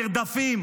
נרדפים